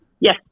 Yes